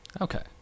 Okay